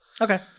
Okay